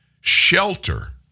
Shelter